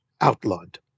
outlawed